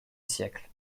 siècle